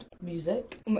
music